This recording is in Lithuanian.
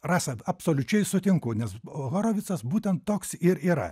rasa absoliučiai sutinku nes horovicas būtent toks ir yra